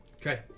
Okay